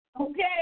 okay